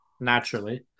naturally